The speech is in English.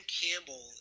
Campbell